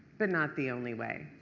but not the only way.